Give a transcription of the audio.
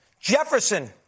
Jefferson